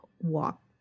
walk